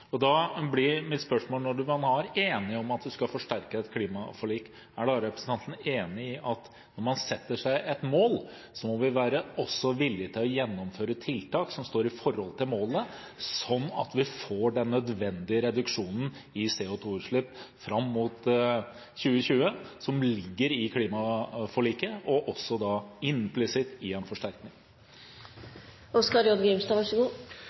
forsterkes. Da blir mitt spørsmål: Når man er enige om at man skal forsterke et klimaforlik, er da representanten enig i at når man setter seg et mål, må man også være villige til å gjennomføre tiltak som står i forhold til målene, sånn at vi får den nødvendige reduksjonen i CO2-utslipp fram mot 2020 – noe som ligger i klimaforliket og implisitt i en forsterkning? Ja, det er viktig å ha mål, men så